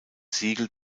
siegel